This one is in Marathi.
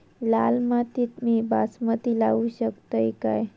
लाल मातीत मी बासमती लावू शकतय काय?